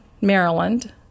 Maryland